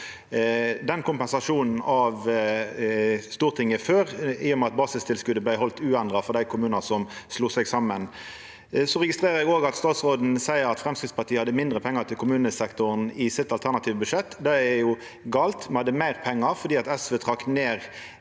den kompensasjonen av Stortinget før, i og med at basistilskotet vart uendra for dei kommunane som slo seg saman. Eg registrerer òg at statsråden sa at Framstegspartiet hadde mindre pengar til kommunesektoren i sitt alternative budsjett. Det er gale. Me hadde meir pengar fordi SV, i